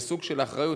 וסוג של אחריות,